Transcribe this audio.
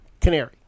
Canary